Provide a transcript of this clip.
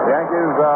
Yankees